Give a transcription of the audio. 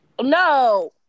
No